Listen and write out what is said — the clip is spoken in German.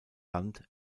land